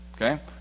Okay